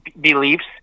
beliefs